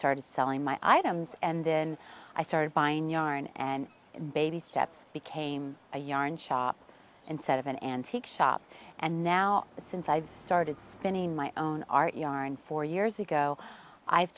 started selling my items and then i started buying yarn and baby steps became a yarn shop instead of an antique shop and now since i've started spinning my own art yarn four years ago i've